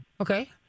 Okay